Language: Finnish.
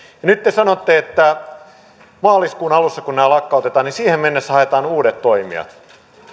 ja nyt te sanotte että maaliskuun alussa lakkautetaan niin siihen mennessä haetaan uudet toimijat